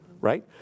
right